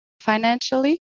financially